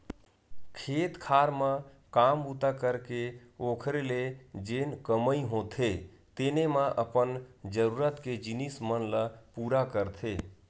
खेत खार म काम बूता करके ओखरे ले जेन कमई होथे तेने म अपन जरुरत के जिनिस मन ल पुरा करथे